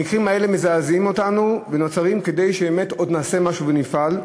המקרים האלה מזעזעים אותנו ונוצרים כדי שבאמת עוד נעשה משהו ונפעל.